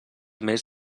més